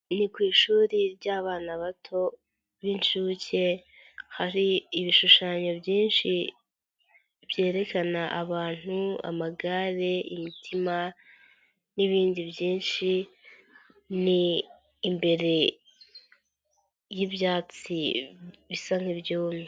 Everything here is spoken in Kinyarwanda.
Ni ku ishuri ry'abana bato b'inshuke, hari ibishushanyo byinshi, byerekana abantu, amagare, imitima n'ibindi byinshi, ni imbere y'ibyatsi bisa nk'ibyumye.